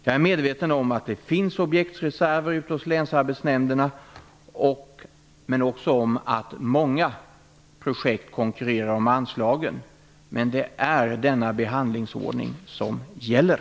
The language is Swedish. Jag är medveten om att det finns objektsreserver ute hos länsarbets nämnderna och också om att många projekt kon kurrerar om anslagen. Men detta är den behand lingsordning som gäller.